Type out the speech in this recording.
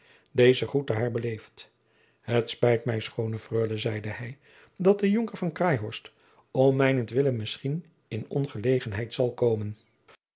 deze groette haar beleefd het spijt mij schoone freule zeide hij dat de jonker van craeihorst om mijnent wille misschien in ongelegenheid zal komen